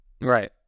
Right